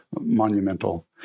monumental